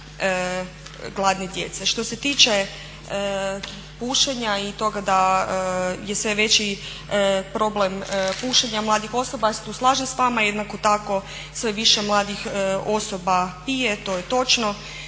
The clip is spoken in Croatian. Što se tiče pušenja i toga da je sve veći problem pušenje mladih osoba, ja se tu slažem s vama. Jednako tako sve više mladih osoba pije, to je točno.